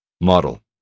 Model